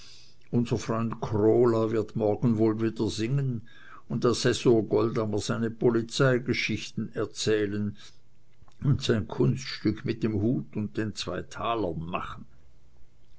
unser freund krola wird morgen wohl wieder singen und assessor goldammer seine polizeigeschichten erzählen und sein kunststück mit dem hut und den zwei talern machen